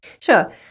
Sure